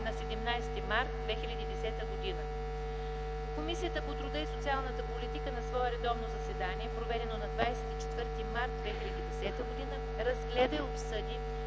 на 17 март 2010 г. Комисията по труда и социалната политика на свое редовно заседание, проведено на 24 март 2010 г., разгледа и обсъди